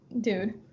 dude